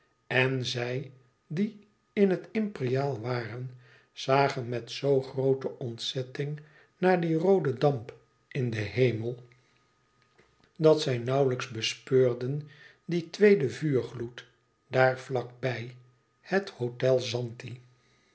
en zij die in het imperiaal waren zagen met zoo groote ontzetting naar dien rooden damp in den hemel dat zij nauwlijks bespeurden dien tweeden vuurgloed dààr vlak bij het hôtel zanti